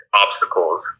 obstacles